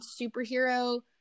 superhero